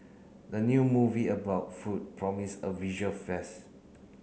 the new movie about food promise a visual